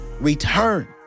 return